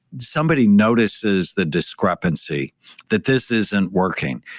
somebody notices the discrepancy that this isn't working.